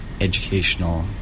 educational